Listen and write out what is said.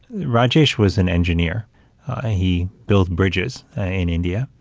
rajesh was an engineer, and he built bridges in india.